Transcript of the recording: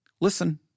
Listen